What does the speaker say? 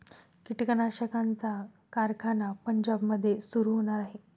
कीटकनाशकांचा कारखाना पंजाबमध्ये सुरू होणार आहे